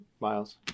Miles